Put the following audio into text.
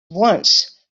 once